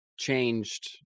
changed